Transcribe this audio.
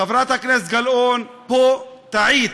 חברת הכנסת גלאון, פה טעית,